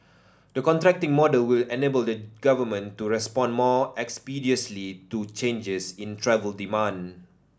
the contracting model will enable the Government to respond more expeditiously to changes in travel demand